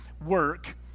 work